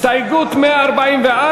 הסתייגות 144,